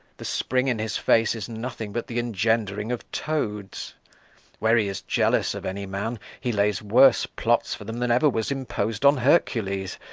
the spring in his face is nothing but the engend'ring of toads where he is jealous of any man, he lays worse plots for them than ever was impos'd on hercules,